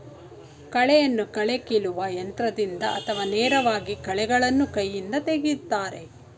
ಕಳೆಯನ್ನು ಕಳೆ ಕೀಲುವ ಯಂತ್ರದಿಂದ ಅಥವಾ ನೇರವಾಗಿ ಕಳೆಗಳನ್ನು ಕೈಯಿಂದ ತೆಗೆಯುತ್ತಾರೆ